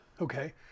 Okay